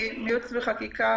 מייעוץ וחקיקה.